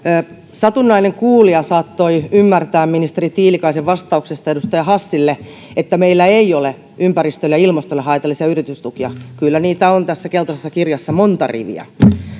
satunnainen kuulija saattoi ymmärtää ministeri tiilikaisen vastauksesta edustaja hassille että meillä ei ole ympäristölle ja ilmastolle haitallisia yritystukia kyllä niitä on tässä keltaisessa kirjassa monta riviä